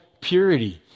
purity